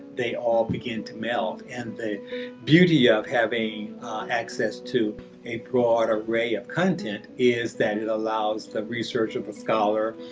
they all begin to meld. and the beauty of having access to a broad array of content is that it allows the research of a scholar,